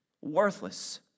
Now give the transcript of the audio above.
worthless